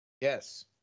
Yes